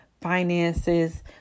finances